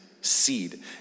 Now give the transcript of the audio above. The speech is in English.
seed